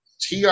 TR